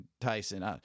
Tyson